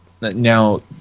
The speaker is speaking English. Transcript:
Now